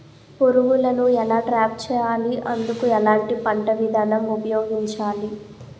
పురుగులను ఎలా ట్రాప్ చేయాలి? అందుకు ఎలాంటి పంట విధానం ఉపయోగించాలీ?